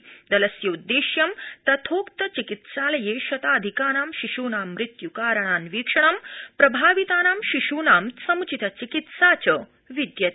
एतदृद्देश्यं तथोक्त चिकित्सालये शताधिकानां शिशूनां मृत्युकारणान्वीक्षणं प्रभावितानां शिशूनां सम्चित चिकित्सा च विद्यते